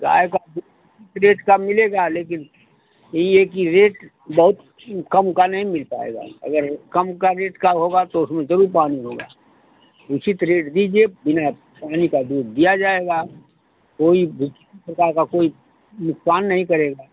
गाय का दूध उचित रेट का मिलेगा लेकिन ई है कि रेट बहुत कम का नहीं मिल पाएगा अगर कम का रेट का होगा तो उसमें ज़रूर पानी होगा उचित रेट दीजिए बिना पानी का दूध दिया जाएगा कोई भी किसी प्रकार का कोई नुक्सान नहीं करेगा